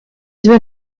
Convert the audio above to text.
due